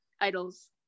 idols